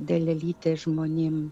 dalelyte žmonėm